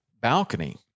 balcony